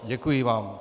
Děkuji vám.